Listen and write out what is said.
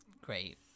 great